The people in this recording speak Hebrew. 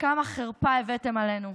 כמה חרפה הבאתם עלינו.